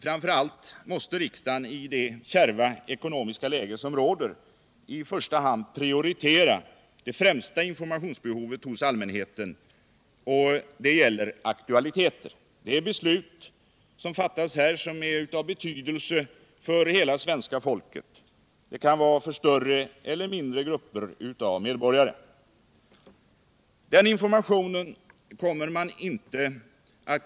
Framför allt måste riksdagen, i de: kärva ekonomiska läge som råder, i första hand prioritera det främsta informationsbehovet hos allmänheten, och det gäller aktualiteter — av riksdagen fattade beslut som är av betydelse för hela svenska folket eller för större eller mindre grupper av medborgare. Den informationen kommer man inte at.